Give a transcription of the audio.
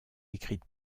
écrite